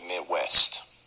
Midwest